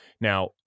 Now